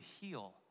heal